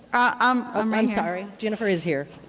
um um i'm sorry, jennifer is here.